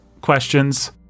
questions